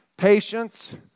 Patience